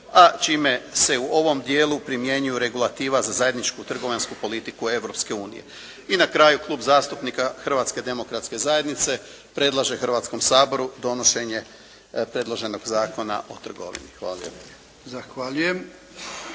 a čime se u ovom dijelu primjenjuje regulativa za zajedničku trgovinsku politiku Europske unije. I na kraju, Klub zastupnika Hrvatske demokratske zajednice predlaže Hrvatskom saboru donošenje predloženog Zakona o trgovini. Hvala